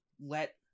let